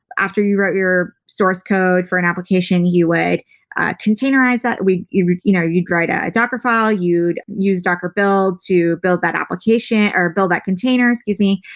after you wrote your source code for an application you would containerized that, you'd you know you'd write a docker file, you'd use docker build to build that application or build that container, excuse me.